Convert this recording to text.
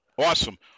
Awesome